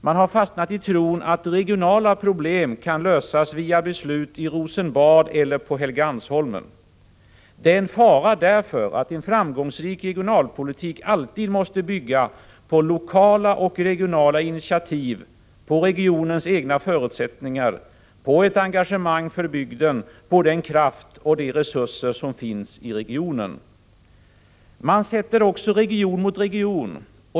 Man har fastnat i tron att regionala problem kan lösas via beslut i Rosenbad eller på Helgeandsholmen. Det är en fara, därför att en framgångsrik regionalpolitik alltid måste bygga på lokala och regionala initiativ, på regionens egna förutsättningar, på ett engagemang för bygden, på den kraft och de resurser som finns i regionen. Man sätter också region mot region.